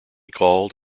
called